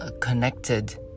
Connected